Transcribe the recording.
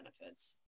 benefits